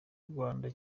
rwanda